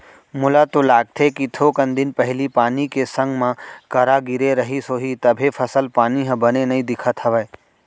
मोला तो लागथे कि थोकन दिन पहिली पानी के संग मा करा गिरे रहिस होही तभे फसल पानी ह बने नइ दिखत हवय